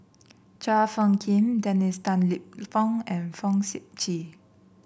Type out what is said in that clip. Chua Phung Kim Dennis Tan Lip Fong and Fong Sip Chee